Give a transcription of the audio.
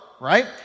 right